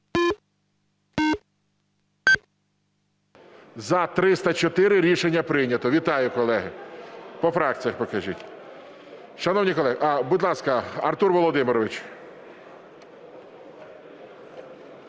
За-304 Рішення прийнято. Вітаю, колеги. По фракціях покажіть. Шановні колеги… Будь ласка, Артур Володимирович.